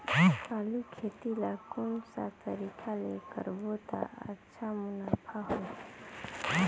आलू खेती ला कोन सा तरीका ले करबो त अच्छा मुनाफा होही?